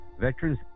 Veterans